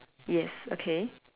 yes okay